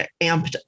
amped